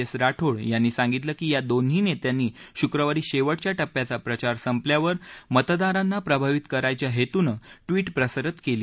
S Rathod यांनी सांगितलं कि या दोन्ही नेत्यांनी शुक्रवारी शेवटच्या टप्प्याचा प्रचार संपल्यावर मतदारांना प्रभावित करायच्या हेतून ट्विट प्रसारित केली